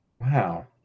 wow